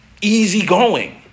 easygoing